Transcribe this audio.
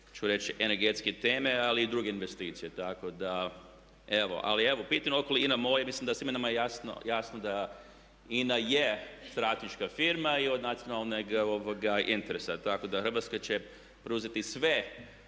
energetske teme ali i druge investicije. Tako da evo …/Govornik se ne razumije./… INA MOL i da svima nama je jasno da INA je strateška firma i od nacionalnog interesa. Tako da Hrvatska će preuzeti sve